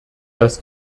dass